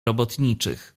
robotniczych